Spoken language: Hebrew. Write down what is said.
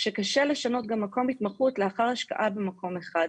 שקשה לשנות גם מקום התמחות לאחר השקעה במקום אחד,